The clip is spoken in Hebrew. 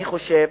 שאני חושב,